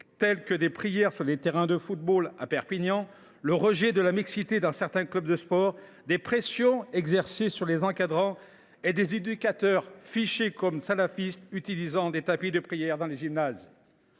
ainsi des prières sur des terrains de football à Perpignan, le rejet de la mixité dans certains clubs de sport, des pressions exercées sur les encadrants et des éducateurs fichés comme salafistes utilisant des tapis de prière dans les gymnases.